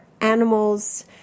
animals